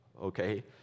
okay